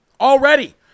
already